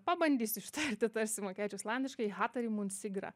pabandysiu ištarti tarsi mokėčiau islandiškai hatari munsigra